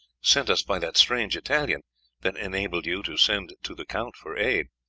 sent us by that strange italian that enabled you to send to the count for aid.